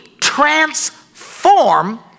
transform